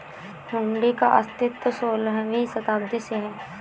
हुंडी का अस्तित्व सोलहवीं शताब्दी से है